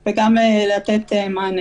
וגם לתת מענה.